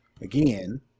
Again